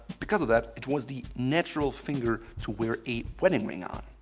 because of that, it was the natural finger to wear a wedding ring on.